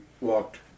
walked